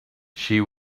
she